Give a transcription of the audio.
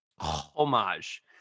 Homage